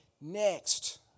next